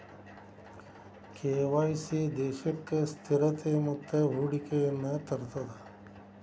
KYC ದೇಶಕ್ಕ ಸ್ಥಿರತೆ ಮತ್ತ ಹೂಡಿಕೆಯನ್ನ ತರ್ತದ